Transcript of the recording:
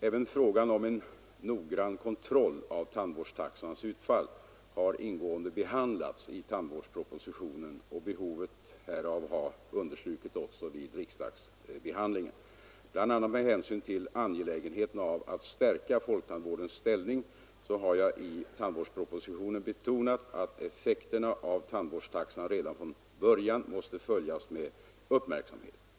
Även frågan om en noggrann kontroll av tandvårdstaxans utfall har ingående behandlats i tandvårdspropositionen, och behovet av sådan kontroll har också understrukits vid riksdagsbehandlingen. BI. a. med hänsyn till angelägenheten av att stärka folktandvårdens ställning har jag i tandvårdspropositionen betonat att effekterna av tandvårdstaxan redan från början måste följas med uppmärksamhet.